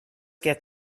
get